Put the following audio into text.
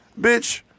bitch